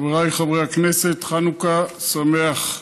חבריי חברי הכנסת, חנוכה שמח.